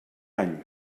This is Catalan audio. any